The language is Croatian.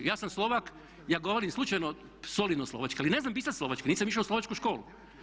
Ja sam Slovak, ja govorim slučajno solidno slovački, ali ne znam pisati slovački, nisam išao u slovačku školu.